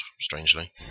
strangely